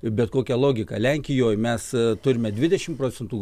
bet kokią logiką lenkijoj mes turime dvidešimt procentų